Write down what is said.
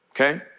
Okay